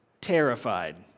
terrified